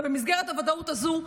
ובמסגרת הוודאות הזו,